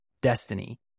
destiny